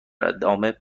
ادامه